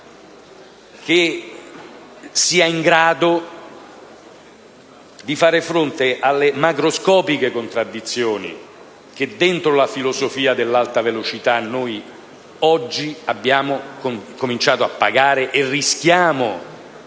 politica in grado di far fronte alle macroscopiche contraddizioni che, dentro la filosofia dell'alta velocità, abbiamo cominciato a pagare e rischiamo,